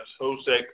Jose